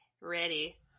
ready